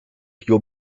you’ll